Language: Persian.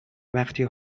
وقتی